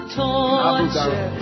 torture